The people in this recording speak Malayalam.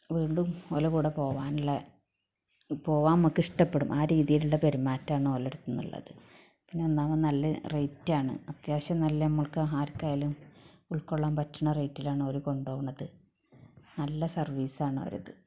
വീണ്ടും ഓലെ കൂടെ പോവാനുള്ള പോവാൻ നമ്മൾക്ക് ഇഷ്ടപ്പെടും ആ രീതിയിലുള്ള പെരുമാറ്റമാണ് ഓലെടുത്തുന്നുള്ളത് പിന്നെ ഒന്നാമത് നല്ല റേറ്റാണ് അത്യാവശ്യം നല്ല നമ്മൾക്ക് ആർക്കായാലും ഉൾകൊള്ളാൻ പറ്റുന്ന റേറ്റിലാണ് ഓര് കൊണ്ടോണത് നല്ല സർവീസാണ് ഓരത്